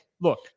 look